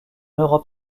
europe